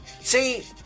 See